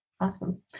awesome